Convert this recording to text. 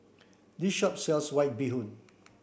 this shop sells white bee hoon